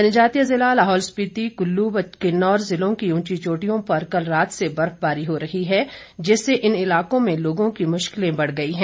जनजातीय जिला लाहौल स्पिति कुल्लू व किन्नौर जिलों की ऊंची चोटियों पर कल रात से बर्फबारी हो रही है जिससे इन इलाकों में लोगों की मुश्किलें बढ़ गई हैं